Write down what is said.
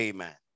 Amen